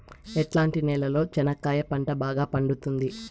ఎట్లాంటి నేలలో చెనక్కాయ పంట బాగా పండుతుంది?